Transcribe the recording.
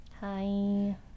Hi